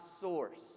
source